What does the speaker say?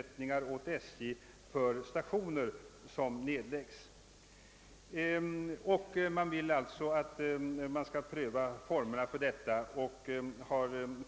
Utskottet vill vidare att formerna för fattande av beslut i hithörande ärenden skall omprövas och